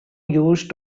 used